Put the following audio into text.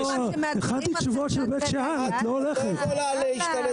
כל פעם שמאתגרים --- את לא יכולה להשתלט על דיון.